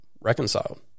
reconciled